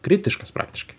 kritiškas praktiškai